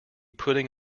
putting